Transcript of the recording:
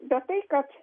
bet tai kad